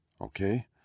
Okay